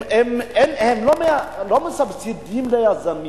הם לא מסבסדים ליזמים.